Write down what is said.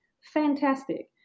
fantastic